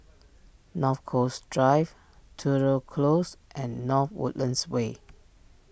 North Coast Drive Tudor Close and North Woodlands Way